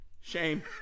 Shame